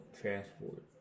transport